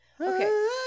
Okay